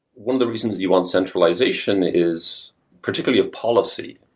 one of the reasons you want centralization is particularly of policy,